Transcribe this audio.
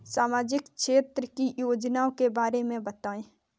सामाजिक क्षेत्र की योजनाओं के बारे में बताएँ?